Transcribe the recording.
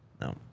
no